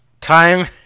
time